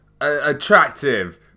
Attractive